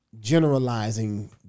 generalizing